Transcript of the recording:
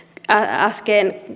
äsken